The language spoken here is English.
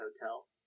hotel